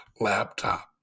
laptop